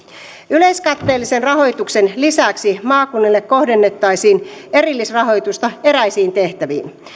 yleiskatteellisen rahoituksen lisäksi maakunnille kohdennettaisiin erillisrahoitusta eräisiin tehtäviin